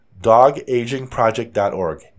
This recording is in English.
dogagingproject.org